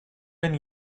been